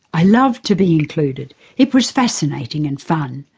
i loved to be included it was fascinating and fun.